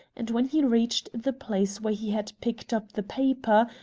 and when he reached the place where he had picked up the paper,